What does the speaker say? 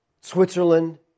Switzerland